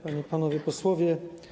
Panie i Panowie Posłowie!